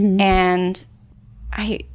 and i.